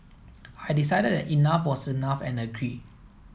I decided that enough was enough and agreed